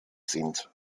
sind